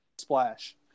splash